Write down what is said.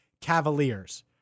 Cavaliers